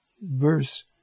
verse